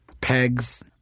pegs